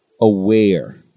aware